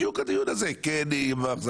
בדיוק הדיון הזה: כן יהיה מחסן,